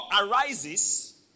arises